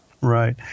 Right